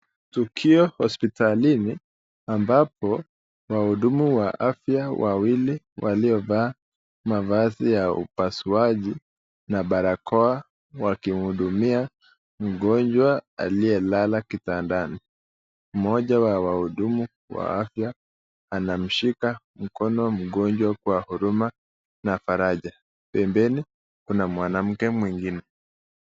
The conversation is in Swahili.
Tukio hospitalini ambapo wahudumu wa afya wawili waliovaa mavazi ya upasuaji na barakoa wakihudumia mgonjwa aliyelala kitandani. Mmoja wa wahudumu wa afya anamshika mkono mgonjwa kwa huruma na faraja pembeni kuna mwanamke mwingine.